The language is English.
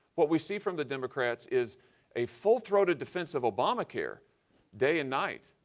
what we see from the democrats is a full-throated defense of obamacare day and night,